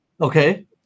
Okay